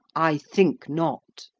i think not.